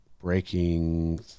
breaking